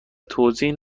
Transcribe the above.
توضیح